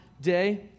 day